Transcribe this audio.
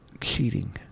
Cheating